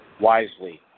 wisely